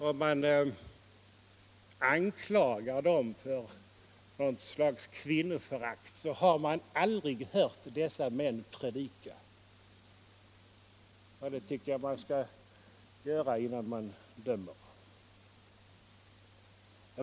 Om man anklagar dem för något slags kvinnoförakt, så har man aldrig hört dessa män predika — och det tycker jag man skall göra innan man dömer.